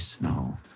No